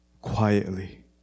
quietly